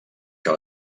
que